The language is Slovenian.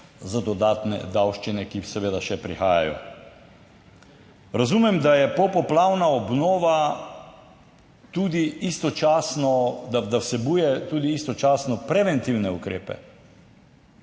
za dodatne davščine, ki seveda še prihajajo. Razumem, da je popoplavna obnova tudi istočasno, da vsebuje tudi istočasno preventivne ukrepe,